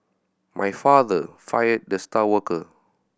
my father fired the star worker